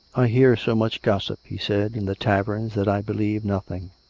i hear so much gossip, he said, in the taverns, that i believe nothing.